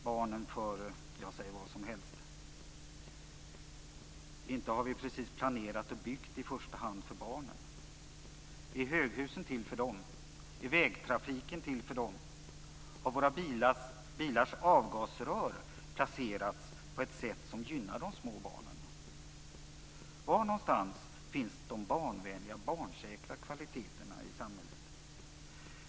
Barnen före, ja, säg vad som helst. Inte har vi precis planerat och byggt i första hand för barnen. Är höghusen till för dem? Är vägtrafiken till för dem? Har våra bilars avgasrör placerats på ett sätt som gynnar de små barnen? Var någonstans finns de barnvänliga, barnsäkra kvaliteterna i samhället?